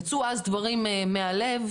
יצאו אז דברים מהלב,